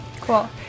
Cool